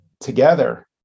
together